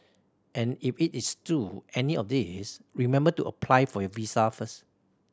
and if it is to any of these remember to apply for your visa first